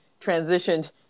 transitioned